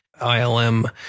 ILM